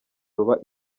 ruba